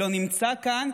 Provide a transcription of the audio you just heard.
שלא נמצא כאן.